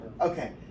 Okay